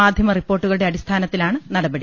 മാധ്യമ റിപ്പോർട്ടുകളുടെ അടിസ്ഥാനത്തിലാണ് നടപടി